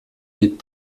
des